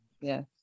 Yes